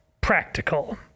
practical